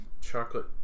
chocolate